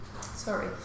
Sorry